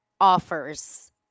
offers